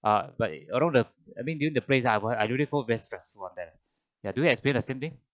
uh but although the I mean during the place I wanna I really feel very stressful ah the did you experience the same thing